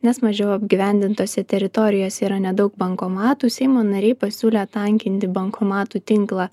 nes mažiau apgyvendintose teritorijose yra nedaug bankomatų seimo nariai pasiūlė tankinti bankomatų tinklą